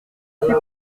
suis